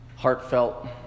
heartfelt